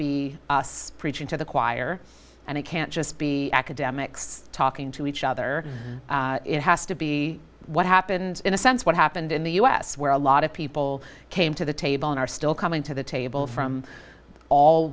be preaching to the choir and it can't just be academics talking to each other it has to be what happened in a sense what happened in the u s where a lot of people came to the table and are still coming to the table from all